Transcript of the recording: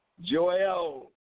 Joel